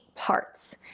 parts